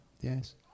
Yes